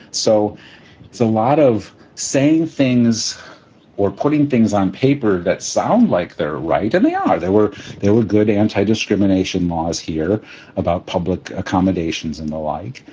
so it's a lot of same things or putting things on paper that sound like they're right and they are there were they were good anti-discrimination laws here about public accommodations and the like.